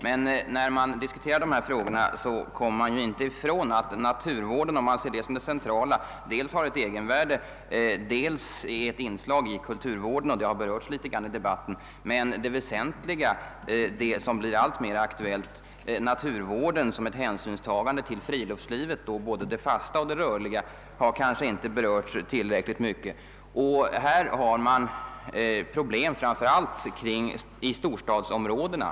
Men när man diskuterar dessa frågor, kommer man inte ifrån att naturvården — om man ser den som det centrala — dels har ett egenvärde, dels är ett inslag i kulturvården, Den saken har berörts något i debatten, men det väsentliga och det som blir alltmer aktuellt — naturvården som ett hänsynstagande till friluftslivet, både det fasta och det rörliga — har kanske inte berörts tillräckligt mycket. I detta avseende har man problem framför allt i storstadsområdena.